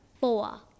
four